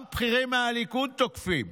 גם בכירים מהליכוד תוקפים.